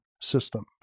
system